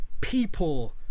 People